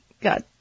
God